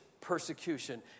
persecution